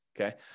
okay